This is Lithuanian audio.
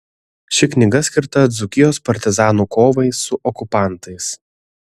ši knyga skirta dzūkijos partizanų kovai su okupantais